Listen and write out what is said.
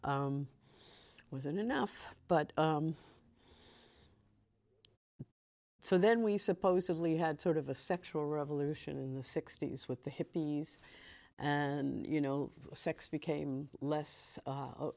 i was in enough but so then we supposedly had sort of a sexual revolution in the sixty's with the hippies and you know sex became less